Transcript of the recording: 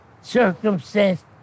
circumstance